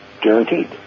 Guaranteed